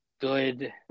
good